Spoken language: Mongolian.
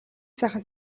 сайхан